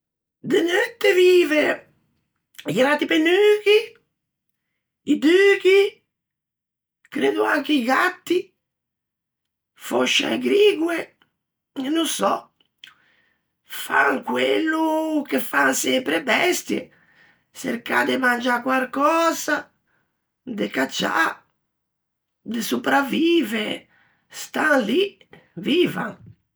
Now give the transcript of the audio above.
De neutte vive i rattipennughi, i dughi, creddo anche i gatti, fòscia e grigue, e no sò, fan quello che fan sempre e bestie, çercâ de mangiâ quarcösa, de cacciâ, de sopravive, stan lì, vivan.